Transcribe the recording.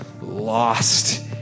lost